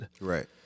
Right